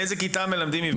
מאיזו כיתה מלמדים עברית?